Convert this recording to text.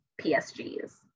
PSGs